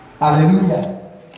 Hallelujah